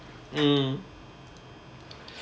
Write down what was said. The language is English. mm